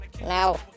Now